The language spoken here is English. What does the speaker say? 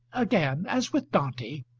again as with dante,